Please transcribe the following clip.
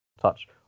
touch